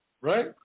Right